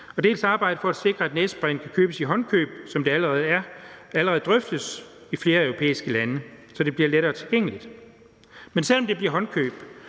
og arbejde på at sikre, at næsesprayen kan købes i håndkøb, som det allerede drøftes i flere europæiske lande, så den bliver lettere tilgængelig. Men selv om det bliver håndkøb,